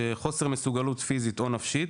של חוסר מסוגלות פיזית או נפשית,